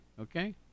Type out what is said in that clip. okay